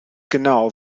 genau